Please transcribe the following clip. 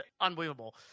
unbelievable